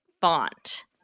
Font